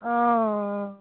অঁ